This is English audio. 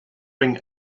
wing